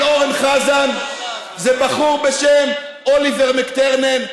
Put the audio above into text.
אורן חזן זה בחור בשם אוליבר מקטרנן,